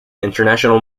international